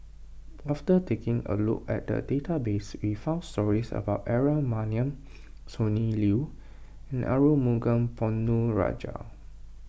after taking a look at the database we found stories about Aaron Maniam Sonny Liew and Arumugam Ponnu Rajah